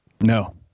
No